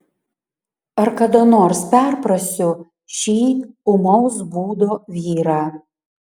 ar kada nors perprasiu šį ūmaus būdo vyrą